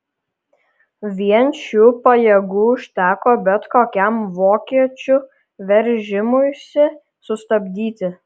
vien šių pajėgų užteko bet kokiam vokiečių veržimuisi sustabdyti